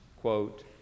quote